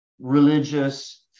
religious